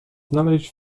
znaleźć